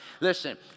Listen